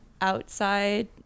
outside